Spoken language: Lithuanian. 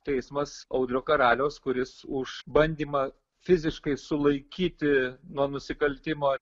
teismas audrio karaliaus kuris už bandymą fiziškai sulaikyti nuo nusikaltimo